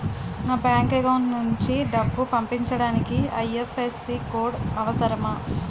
నా bank account నుంచి డబ్బు పంపించడానికి ఐ.ఎఫ్.ఎస్.సి కోడ్ అవసరమా?